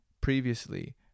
previously